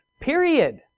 period